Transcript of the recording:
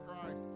Christ